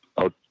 out